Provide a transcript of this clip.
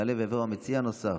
יעלה ויבוא מציע נוסף.